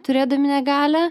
turėdami negalią